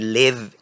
live